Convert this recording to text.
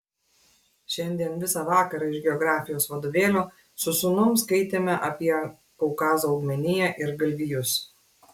šiandien visą vakarą iš geografijos vadovėlio su sūnum skaitėme apie kaukazo augmeniją ir galvijus